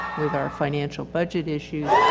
with our financial budget issues.